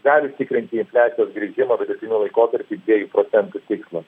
gali tikrinti infliacijos grįžimą vidutiniu laikotarpiu dviejų procentų tikslo